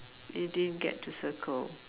you didn't get to circle